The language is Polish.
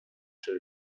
czy